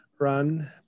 run